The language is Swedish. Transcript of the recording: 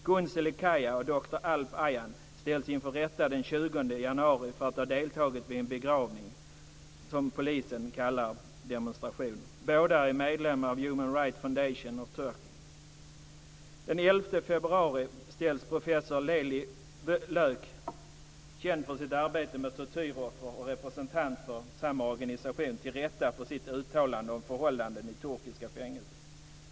Günseli Kaya och doktor Alp Ayan ställs inför rätta den 20 januari för att ha deltagit i en begravning som polisen kallar demonstration. Båda är medlemmar i Human Rights Foundation of Turkey. Den 11 februari ställs professor Veli Lök, känd för sitt arbete med tortyroffer och representant för samma organisation, inför rätta för sitt uttalande om förhållandena i turkiska fängelser.